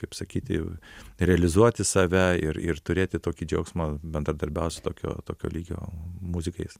kaip sakyti realizuoti save ir ir turėti tokį džiaugsmą bendradarbiaut su tokio tokio lygio muzikais